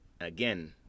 again